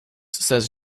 says